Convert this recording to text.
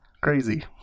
crazy